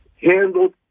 handled